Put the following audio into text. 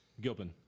Gilpin